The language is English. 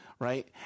right